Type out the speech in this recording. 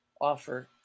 offer